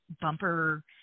bumper